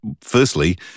firstly